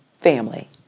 family